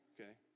Okay